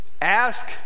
ask